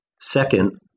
Second